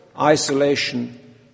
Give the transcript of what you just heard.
isolation